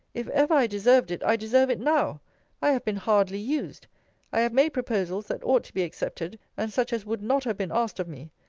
if ever i deserved it, i deserve it now i have been hardly used i have made proposals that ought to be accepted, and such as would not have been asked of me.